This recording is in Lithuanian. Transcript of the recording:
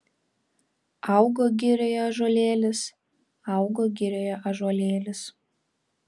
augo girioje ąžuolėlis augo girioje ąžuolėlis